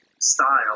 style